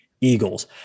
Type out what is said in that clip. Eagles